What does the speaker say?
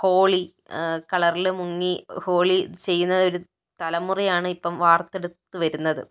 holy കളറില് മുങ്ങി ഹോളി ചെയ്യുന്ന ഒരു തലമുറയാണ് ഇപ്പം വാര്ത്തെടുത്ത് വരുന്നത്